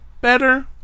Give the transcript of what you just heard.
better